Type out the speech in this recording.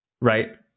right